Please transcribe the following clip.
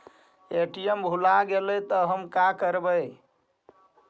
ATM भुला गेलय तब हम काकरवय?